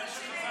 מיקי,